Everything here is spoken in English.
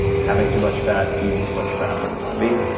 having too much fat, eating too much fat, whatever it might be,